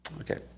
Okay